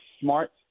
smart